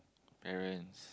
parents